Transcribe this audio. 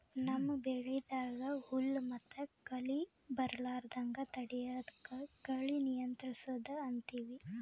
ನಮ್ಮ್ ಬೆಳಿದಾಗ್ ಹುಲ್ಲ್ ಮತ್ತ್ ಕಳಿ ಬರಲಾರದಂಗ್ ತಡಯದಕ್ಕ್ ಕಳಿ ನಿಯಂತ್ರಸದ್ ಅಂತೀವಿ